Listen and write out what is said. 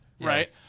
Right